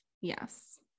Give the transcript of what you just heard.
yes